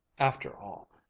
after all,